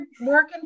working